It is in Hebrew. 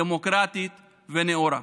דמוקרטית ונאורה.